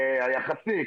היחסי,